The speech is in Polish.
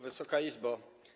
Wysoka Izbo!